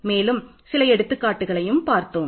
மேலும் சில எடுத்துக்காட்டுகளையும் பார்த்தோம்